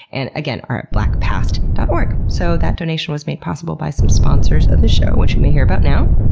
and again, are at blackpast dot org. so that donation was made possible by some sponsors of the show, which you may hear about now.